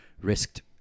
risked